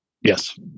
Yes